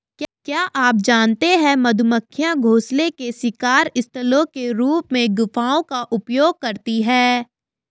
क्या आप जानते है मधुमक्खियां घोंसले के शिकार स्थलों के रूप में गुफाओं का उपयोग करती है?